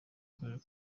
karere